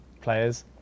players